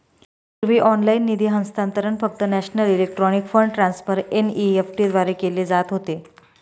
पूर्वी ऑनलाइन निधी हस्तांतरण फक्त national electronic fund transfer NEFT द्वारे केले जात होते